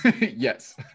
yes